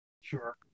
Sure